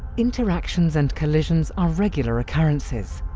interactions and collisions are regular occurrences,